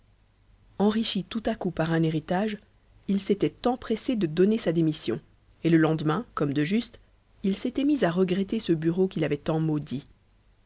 enrichi tout à coup par un héritage il s'était empressé de donner sa démission et le lendemain comme de juste il s'était mis à regretter ce bureau qu'il avait tant maudit